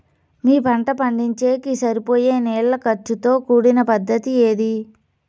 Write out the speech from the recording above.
మీ పంట పండించేకి సరిపోయే నీళ్ల ఖర్చు తో కూడిన పద్ధతి ఏది?